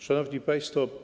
Szanowni Państwo!